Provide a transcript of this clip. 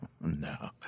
No